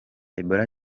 ebola